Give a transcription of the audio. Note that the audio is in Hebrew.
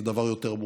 זה דבר יותר מורכב.